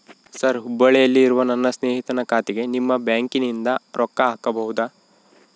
Sir ಹುಬ್ಬಳ್ಳಿಯಲ್ಲಿ ಇರುವ ನನ್ನ ಸ್ನೇಹಿತನ ಖಾತೆಗೆ ನಿಮ್ಮ ಬ್ಯಾಂಕಿನಿಂದ ರೊಕ್ಕ ಹಾಕಬಹುದಾ?